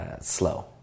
slow